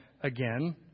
again